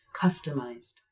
customized